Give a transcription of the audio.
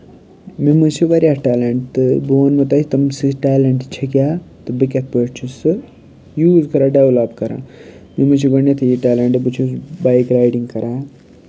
مےٚ منٛز چھِ واریاہ ٹیلنٛٹ تہٕ بہٕ ووٚنمو تۄہہِ تِم سٕے ٹیلٮ۪نٛٹ چھِ کیٛاہ تہٕ بہٕ کِتھ پٲٹھۍ چھُس سُہ یوٗز کَران ڈٮ۪ولَپ کَران مےٚ منٛز چھِ گۄڈنٮ۪تھٕے یہِ ٹیلَنٛٹ بہٕ چھُس بایِک رایڈِنٛگ کَران